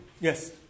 yes